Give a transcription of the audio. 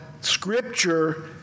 scripture